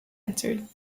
answered